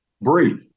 Breathe